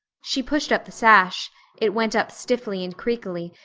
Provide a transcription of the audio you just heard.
she pushed up the sash it went up stiffly and creakily,